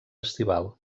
estival